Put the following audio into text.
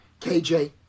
KJ